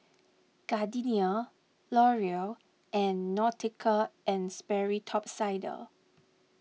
Gardenia Laurier and Nautica and Sperry Top Sider